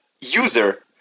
user